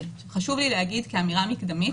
הזה חשוב לי להגיד כאמירה מקדמית